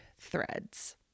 threads